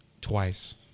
twice